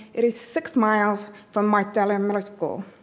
it is six miles from marsteller middle school.